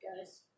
guys